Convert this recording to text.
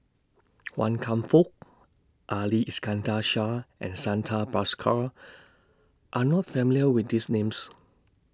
Wan Kam Fook Ali Iskandar Shah and Santha Bhaskar Are not familiar with These Names